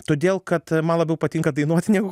todėl kad man labiau patinka dainuoti negu